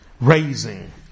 Raising